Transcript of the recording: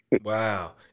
Wow